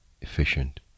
efficient